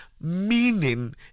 meaning